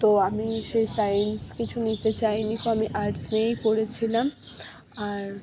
তো আমি সেই সায়েন্স কিছু নিতে চাই নিকো আমি আর্টস নিয়েই পড়েছিলাম আর